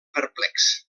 perplex